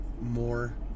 more